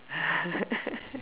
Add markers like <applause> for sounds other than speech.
<laughs>